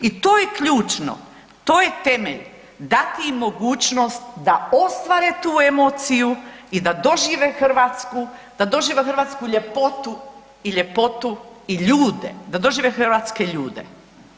I to je ključno, to je temelj, dati im mogućnost da ostvare tu emociju i da dožive Hrvatsku, da dožive hrvatsku ljepotu i ljepotu i ljude, da dožive hrvatske ljude.